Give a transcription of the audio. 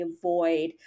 avoid